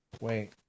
Wait